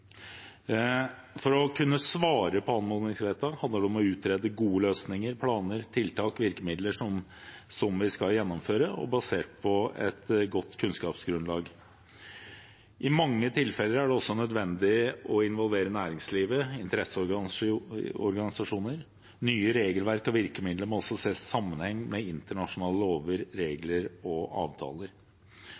For å kunne svare på anmodningsvedtak handler det om å utrede gode løsninger, planer, tiltak og virkemidler som vi skal gjennomføre, basert på et godt kunnskapsgrunnlag. I mange tilfeller er det også nødvendig å involvere næringsliv og interesseorganisasjoner. Nye regelverk og virkemidler må også ses i sammenheng med internasjonale lover, regler og avtaler.